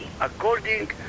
according